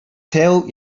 told